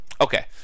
Okay